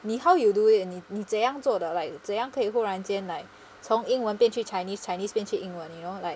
你 how you do it 你你怎样做的 like 怎样可以忽然间 like 从英文变去 chinese chinese 变去英文 you know like